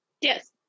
Yes